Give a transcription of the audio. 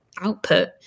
output